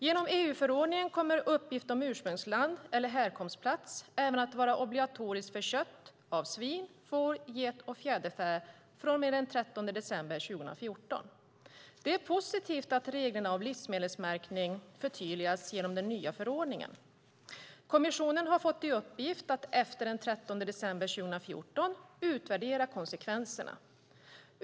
Genom EU-förordningen kommer uppgift om ursprungsland eller härkomstplats även att vara obligatorisk för kött av svin, får, get och fjäderfä från och med den 13 december 2014. Det är positivt att reglerna för livsmedelsmärkning förtydligas genom den nya förordningen. Kommissionen har fått i uppgift att efter den 13 december 2014 utvärdera konsekvenserna.